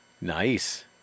Nice